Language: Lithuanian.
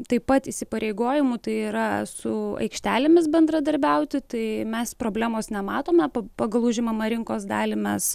taip pat įsipareigojimų tai yra su aikštelėmis bendradarbiauti tai mes problemos nematome pagal užimamą rinkos dalį mes